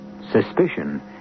Suspicion